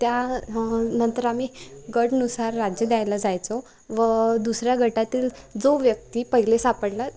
त्या नंतर आम्ही गटनुसार राज्य द्यायला जायचो व दुसऱ्या गटातील जो व्यक्ती पहिले सापडला